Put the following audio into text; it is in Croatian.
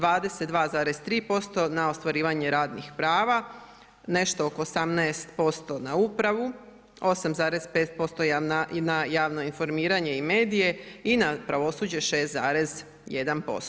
22,3% na ostvarivanje radnih prava, nešto oko 18% na upravu, 8,5% na javno informiranje i medije i na pravosuđe 6,1%